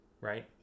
Right